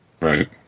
Right